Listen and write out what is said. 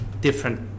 different